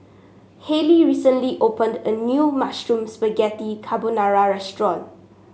Hayley recently opened a new Mushroom Spaghetti Carbonara Restaurant